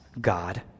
God